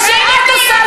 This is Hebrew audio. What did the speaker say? ומה שאת עושה,